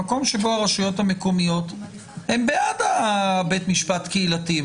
במקום שבו הרשויות המקומיות הן בעד בית משפט קהילתי,